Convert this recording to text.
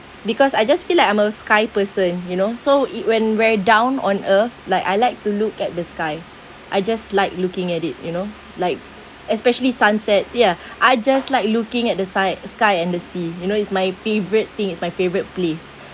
because I just feel like I'm a sky person you know so it when we're down on earth like I like to look at the sky I just like looking at it you know like especially sunsets ya I just like looking at the sky sky and the sea you know it's my favourite thing it's my favourite place